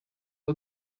bwa